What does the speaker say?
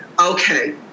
okay